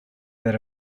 that